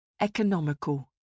Economical